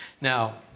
Now